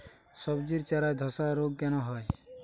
সবজির চারা ধ্বসা রোগ কেন হয়?